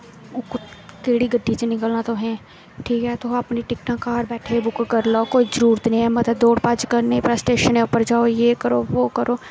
केह्ड़ी गड्डी च निकलना तुसें ठीक ऐ तुस अपनी टिकटां घार बैठे दे बुक करी लेऔ कोई जरूरत निं ऐ मती दौड़भज्ज करने दी पैहलें स्टेशन उप्पर जाओ एह् करो बो करो